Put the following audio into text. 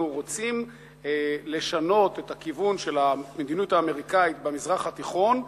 אנחנו רוצים לשנות את הכיוון של המדיניות האמריקנית במזרח התיכון,